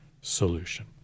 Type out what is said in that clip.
solution